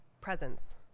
presence